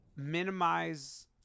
minimize